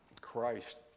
Christ